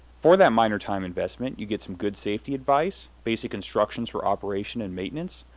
for that minor time investment, you get some good safety advice, basic instructions for operation and maintenance,